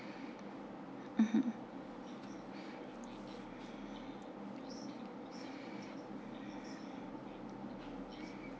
mmhmm